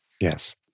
Yes